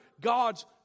God's